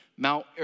Mount